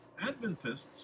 Adventists